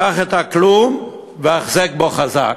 קח את הכלום והחזק בו חזק,